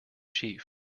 chief